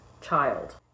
child